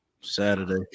Saturday